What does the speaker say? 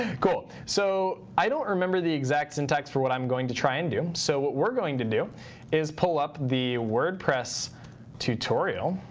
cool. so i don't remember the exact syntax for what i'm going to try and do. so what we're going to do is pull up the wordpress tutorial